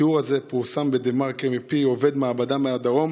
התיאור הזה פורסם בדה-מרקר מפי עובד מעבדה מהדרום,